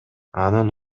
анын